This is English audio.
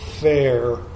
fair